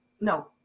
no